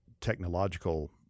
technological